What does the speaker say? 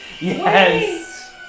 Yes